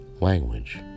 language